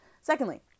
Secondly